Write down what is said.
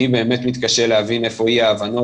אני באמת מתקשה להבין איפה אי ההבנות,